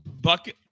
bucket